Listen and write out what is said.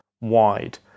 wide